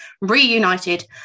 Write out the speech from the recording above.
reunited